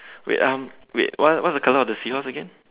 wait um wait what what's the colour of the seahorse again